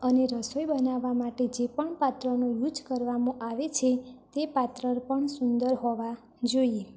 અને રસોઈ બનાવવા માટે જે પણ પાત્રનું યુજ કરવામાં આવે છે તે પાત્ર પણ સુંદર હોવા જોઈએ